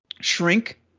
shrink